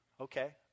Okay